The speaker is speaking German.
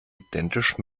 identisch